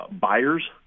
buyers